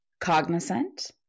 cognizant